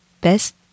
best